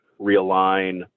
realign